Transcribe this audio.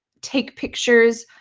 take pictures,